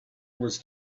was